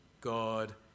God